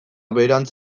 beherantz